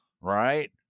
right